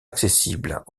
accessibles